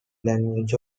language